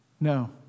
No